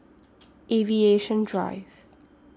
Aviation Drive